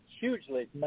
hugely